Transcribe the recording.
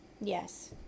Yes